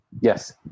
Yes